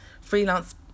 freelance